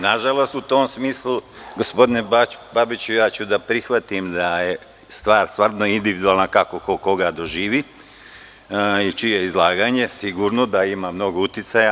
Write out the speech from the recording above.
Nažalost, u tom smislu, gospodine Babiću, ja ću da prihvatim da je stvar individualna kako ko koga doživi i čije izlaganje ima mnogo uticaja.